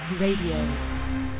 Radio